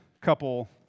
couple